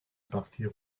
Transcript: partir